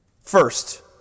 First